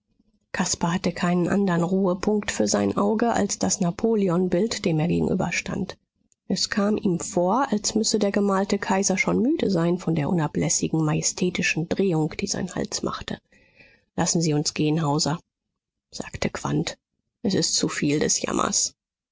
caspar hatte keinen andern ruhepunkt für sein auge als das napoleonbild dem er gegenüberstand es kam ihm vor als müsse der gemalte kaiser schon müde sein von der unablässigen majestätischen drehung die sein hals machte lassen sie uns gehen hauser sagte quandt es ist zuviel des jammers